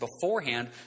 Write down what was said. beforehand